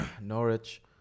Norwich